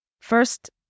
first